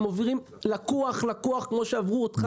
הם עוברים לקוח-לקוח כמו שעברו אותך